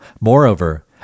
Moreover